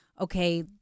okay